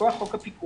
מכוח חוק הפיקוח,